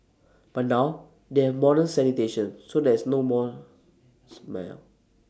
but now they have modern sanitation so there is no more smell